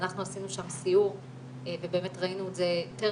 עשינו שם סיור ובאמת ראינו את זה טרם